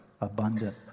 abundant